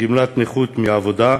גמלת נכות מעבודה,